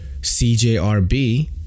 CJRB